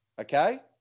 okay